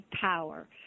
power